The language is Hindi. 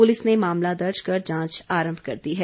पुलिस ने मामला दर्ज कर जांच आरम्भ कर दी है